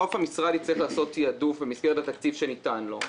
בסוף המשרד יצטרך לעשות תעדוף במסגרת התקציב שניתן לו.